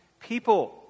People